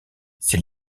c’est